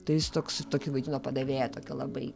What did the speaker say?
tai jis toks tokį vaidino padavėją tokį labai